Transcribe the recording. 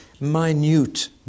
minute